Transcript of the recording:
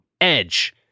Edge